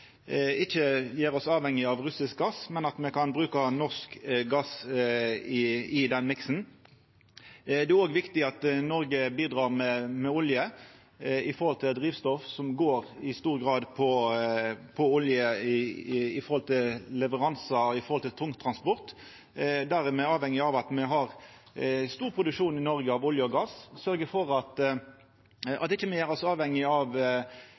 ikkje gjer oss avhengig av russisk gass, men at me kan bruka norsk gass i den miksen. Det er òg viktig at Noreg bidreg med olje til drivstoff som i stor grad går på olje, av omsyn til leveransar og tungtransport. Der er me avhengig av at me har stor produksjon i Noreg av olje og gass, og å sørgja for at me ikkje gjer oss avhengig av